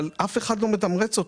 רק אף אחד לא מתמרץ אותם.